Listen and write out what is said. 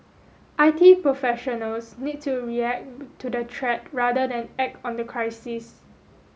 I T professionals need to react to the threat rather than act on the crisis